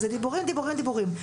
זה דיבורים דיבורים דיבורים,